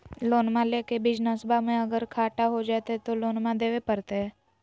लोनमा लेके बिजनसबा मे अगर घाटा हो जयते तो लोनमा देवे परते?